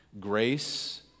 grace